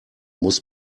muss